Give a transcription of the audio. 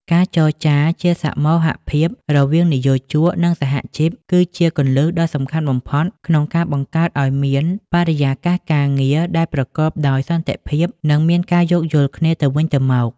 ការចរចាជាសមូហភាពរវាងនិយោជក និងសហជីព គឺជាគន្លឹះដ៏សំខាន់បំផុតក្នុងការបង្កើតឱ្យមានបរិយាកាសការងារដែលប្រកបដោយសន្តិភាព និងមានការយោគយល់គ្នាទៅវិញទៅមក។